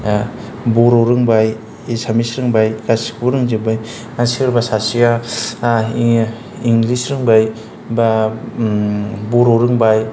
बर' रोंबाय एसामिस रोंबाय गासिखौबो रोंजोबबाय सोरबा सासेया इंलिस रोंबाय बा बर' रोंबाय